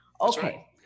okay